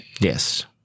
Yes